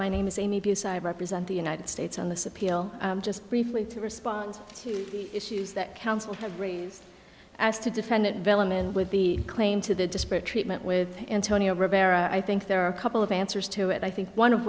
my name is amy beside represent the united states on this appeal just briefly to respond to issues that counsel have raised as to defendant vellum and with the claim to the disparate treatment with antonio rivera i think there are a couple of answers to it i think one of